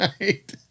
Right